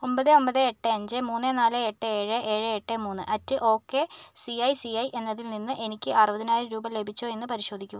ഒൻപത് ഒൻപത് എട്ട് അഞ്ച് മൂന്ന് നാല് എട്ട് ഏഴ് ഏഴ് എട്ട് മൂന്ന് at okay C I C I എന്നതിൽ നിന്ന് എനിക്ക് അറുപതിനായിരം രൂപ ലഭിച്ചോ എന്ന് പരിശോധിക്കുക